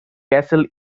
castle